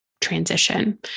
transition